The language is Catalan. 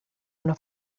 una